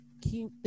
keep